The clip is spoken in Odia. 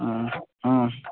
ହୁଁ ହୁଁ